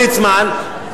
ליצמן,